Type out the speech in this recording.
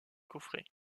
coffrets